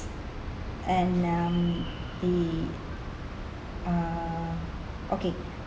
and um the uh okay